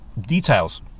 details